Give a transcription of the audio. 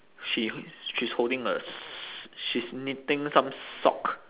she's she's holding a s~ she's knitting some sock